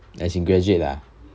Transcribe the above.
as in graduate ah